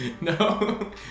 no